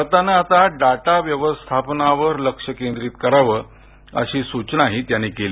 भारतानं आता डाटा व्यवस्थापनावर लक्ष केंद्रित करावं अशी सूचनाही त्यांनी केली